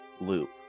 loop